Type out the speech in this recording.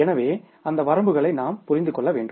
எனவே அந்த வரம்புகளை நாம் புரிந்து கொள்ள வேண்டும்